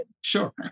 Sure